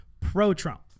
pro-Trump